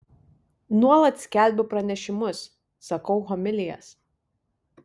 nuolat skelbiu pranešimus sakau homilijas